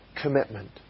commitment